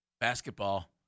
Basketball